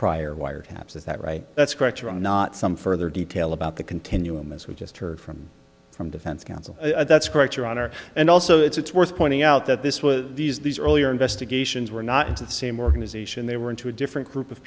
prior wiretaps is that right that's correct or wrong not some further detail about the continuum as we just heard from from defense counsel that's correct your honor and also it's worth pointing out that this was these these earlier investigations were not into the same organization they were into a different group of